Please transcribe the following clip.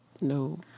no